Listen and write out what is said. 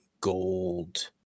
gold